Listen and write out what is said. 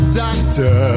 doctor